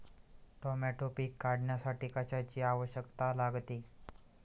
Tomato पीक काढण्यासाठी कशाची आवश्यकता लागते?